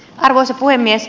arvoisa puhemies